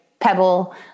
pebble